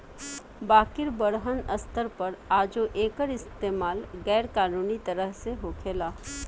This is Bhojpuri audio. बाकिर बड़हन स्तर पर आजो एकर इस्तमाल गैर कानूनी तरह से होखेला